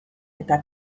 eta